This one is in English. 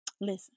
Listen